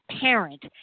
parent